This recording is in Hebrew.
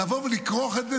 לבוא ולכרוך את זה?